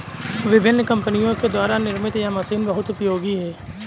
विभिन्न कम्पनियों के द्वारा निर्मित यह मशीन बहुत उपयोगी है